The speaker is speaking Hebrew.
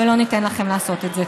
ולא ניתן לכם לעשות את זה.